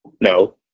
no